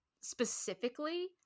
specifically